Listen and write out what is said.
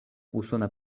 usona